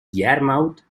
yarmouth